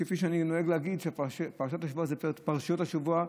וכפי שאני נוהג להגיד על פרשיות השבוע,